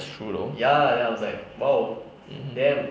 that's true though hmm